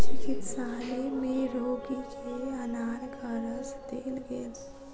चिकित्सालय में रोगी के अनारक रस देल गेल